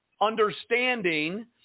understanding